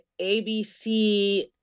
ABC